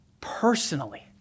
personally